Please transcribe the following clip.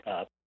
up